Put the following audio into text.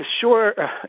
sure